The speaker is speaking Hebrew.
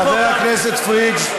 חבר הכנסת פריג'.